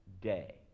day